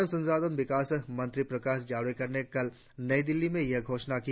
मानव संसाधन विकास मंत्री प्रकाश जावड़ेकर ने कल नई दिल्ली में ये घोषणा की